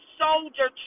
soldier